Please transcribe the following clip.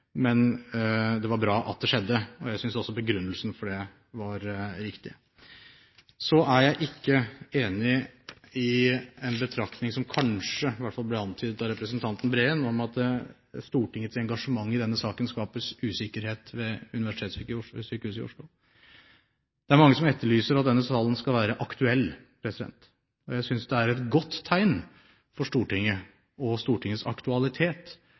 men det var bra at det skjedde. Jeg synes også begrunnelsen for det var riktig. Så er jeg ikke enig i en betraktning, som kanskje ble antydet av representanten Breen, om at Stortingets engasjement i denne saken skaper usikkerhet ved Oslo universitetssykehus. Det er mange som etterlyser at denne sal skal være aktuell. Jeg synes det er et godt tegn for Stortinget og Stortingets aktualitet